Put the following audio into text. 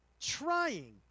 trying